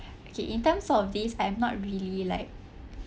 okay in terms of these I'm not really like